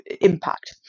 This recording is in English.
impact